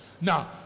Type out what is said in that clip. Now